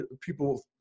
people